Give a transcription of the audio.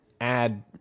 add